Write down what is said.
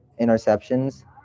interceptions